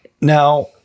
Now